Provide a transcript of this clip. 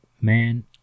man